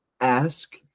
ask